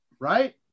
right